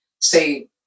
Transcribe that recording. say